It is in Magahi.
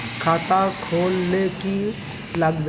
खाता खोल ले की लागबे?